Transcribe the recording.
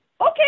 okay